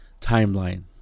timeline